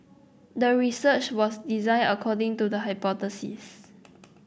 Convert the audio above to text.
the research was designed according to the hypothesis